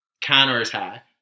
counterattack